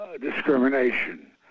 discrimination